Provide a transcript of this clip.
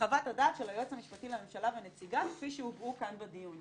מחוות הדעת של היועץ המשפטי לממשלה ונציגיו כפי שהובאה כאן בדיון.